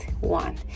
one